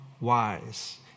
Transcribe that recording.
wise